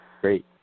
Great